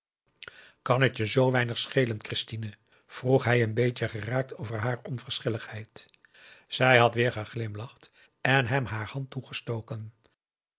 kan het je z weinig schelen christine vroeg hij een beetje geraakt over haar onverschilligheid zij had weer geglimlacht en hem haar hand toegestoken